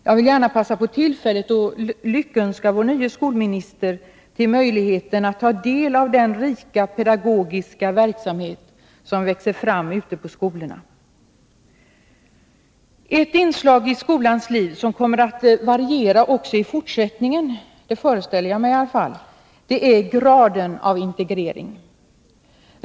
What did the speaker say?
Jag vill gärna passa på tillfället att lyckönska vår nye skolminister till möjligheten att ta del av den rika pedagogiska verksamhet som växer fram ute i skolorna. Ett inslag i skolans liv som också i fortsättningen kommer att variera — det föreställer jag mig i alla fall — är graden av integrering.